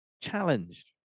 Challenged